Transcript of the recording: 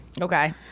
Okay